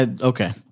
Okay